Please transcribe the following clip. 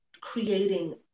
creating